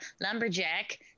lumberjack